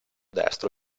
destro